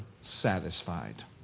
satisfied